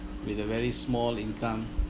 with a very small income